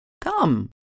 come